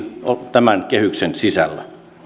tämän kehyksen sisällä